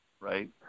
right